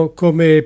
come